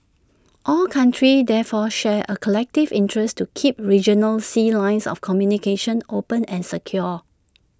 all countries therefore share A collective interest to keep regional sea lines of communication open and secure